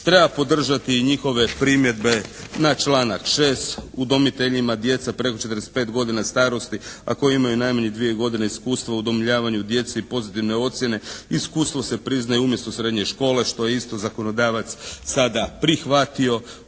Treba podržati i njihove primjedbe na članak 6. udomiteljima djeca preko 45 godina starosti, a koji imaju najmanje dvije godine iskustva u udomljavanju djece i pozitivne ocjene iskustvo se priznaje umjesto srednje škole što je isto zakonodavac sada prihvatio.